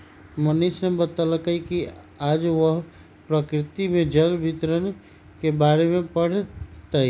मनीष ने बतल कई कि आज वह प्रकृति में जल वितरण के बारे में पढ़ तय